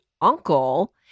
uncle